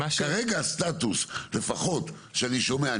כרגע הסטטוס לפחות שאני שומע,